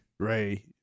Ray